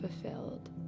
fulfilled